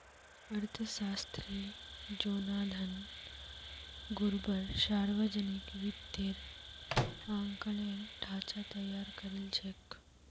अर्थशास्त्री Jonathan Gruber सावर्जनिक वित्तेर आँकलनेर ढाँचा तैयार करील छेक